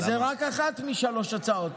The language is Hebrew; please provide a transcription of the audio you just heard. זו רק אחת משלוש הצעות.